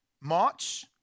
March